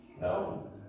No